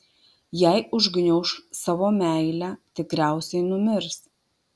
jei užgniauš savo meilę tikriausiai numirs